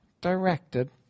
directed